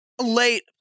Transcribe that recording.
late